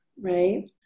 right